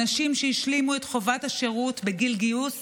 אנשים שהשלימו את חובת השירות בגיל גיוס